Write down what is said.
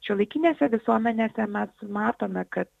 šiuolaikinėse visuomenėse mes matome kad